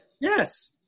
Yes